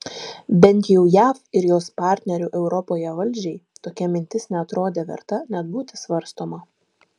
bent jau jav ir jos partnerių europoje valdžiai tokia mintis neatrodė verta net būti svarstoma